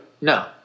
no